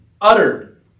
uttered